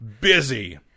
busy